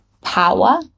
power